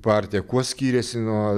partija kuo skiriasi nuo